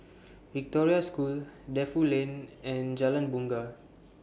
Victoria School Defu Lane and Jalan Bungar